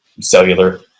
cellular